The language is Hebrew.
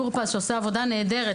טור פז שעושה עבודה נהדרת,